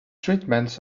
treatments